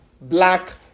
black